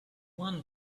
one